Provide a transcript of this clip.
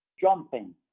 jumping